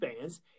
fans